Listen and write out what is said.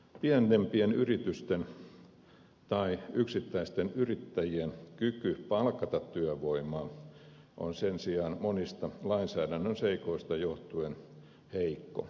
pienempien yritysten tai yksittäisten yrittäjien kyky palkata työvoimaa on sen sijaan monista lainsäädännön seikoista johtuen heikko